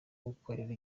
gukorera